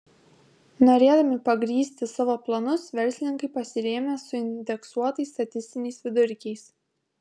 norėdami pagrįsti savo planus verslininkai pasirėmė suindeksuotais statistiniais vidurkiais